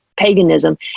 paganism